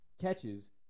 catches